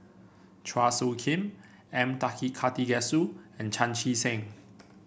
Chua Soo Khim M Karthigesu and Chan Chee Seng